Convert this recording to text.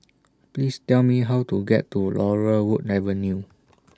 Please Tell Me How to get to Laurel Wood Avenue